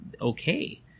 okay